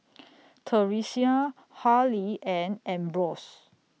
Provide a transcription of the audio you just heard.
Theresia Harlie and Ambrose